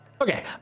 Okay